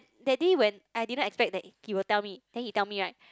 that day when I didn't expect that he will tell me then he tell me right